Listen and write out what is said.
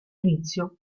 inizio